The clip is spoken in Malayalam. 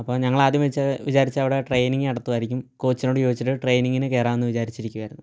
അപ്പം ഞങ്ങൾ ആദ്യം വിച വിചാരിച്ചത് അവിടെ ട്രെയിനിങ് നടത്തുവായിരിക്കും കോച്ചിനോട് ചോദിച്ചിട്ട് ട്രെയിനിങ്ങിന് കയറാമെന്ന് വിചാരിച്ചിരിക്കുവായിരുന്നു